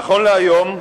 נכון להיום,